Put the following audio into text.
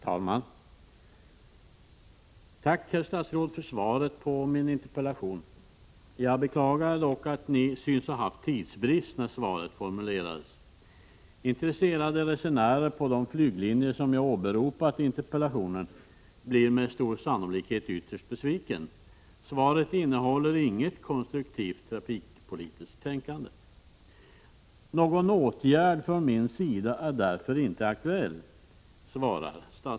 Herr talman! Tack, herr statsråd, för svaret på min interpellation. Jag beklagar dock att ni synes ha haft tidsbrist när svaret formulerades. Intresserade resenärer på de flyglinjer som jag åberopat i interpellationen blir med stor sannolikhet ytterst besvikna. Svaret innehåller inget konstruktivt trafikpolitiskt tänkande. ”Någon åtgärd från min sida är därför inte aktuell.” Det är vad statsrådet svarar.